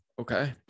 okay